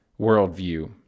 worldview